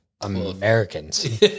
Americans